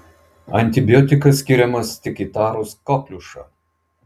antibiotikas skiriamas tik įtarus kokliušą